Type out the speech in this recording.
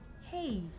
hey